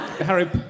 Harry